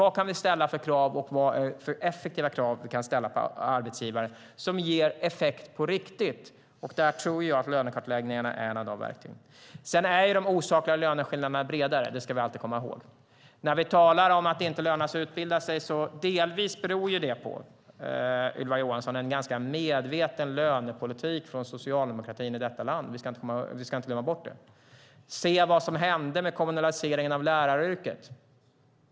Vad kan vi ställa för effektiva krav på arbetsgivare som ger effekt på riktigt? Där tror jag att lönekartläggningarna är ett av verktygen. De osakliga löneskillnaderna är bredare. Det ska vi alltid komma ihåg. När vi talar om att det inte lönar sig att utbilda sig kan vi notera att det delvis, Ylva Johansson, beror på en ganska medveten lönepolitik från socialdemokratin i detta land. Vi ska inte glömma bort det. Se vad som hände med kommunaliseringen av läraryrket!